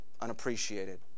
unappreciated